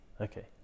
okay